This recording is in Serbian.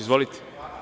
Izvolite.